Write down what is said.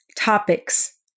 topics